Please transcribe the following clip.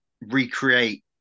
recreate